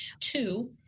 Two